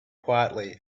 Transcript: quietly